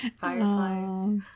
Fireflies